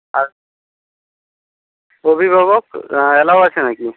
আর অভিভাবক অ্যালাও আছে নাকি